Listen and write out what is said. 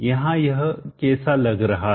यहाँ यह कैसा लग रहा है